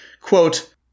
quote